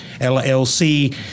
LLC